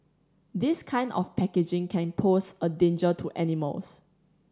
this kind of packaging can pose a danger to animals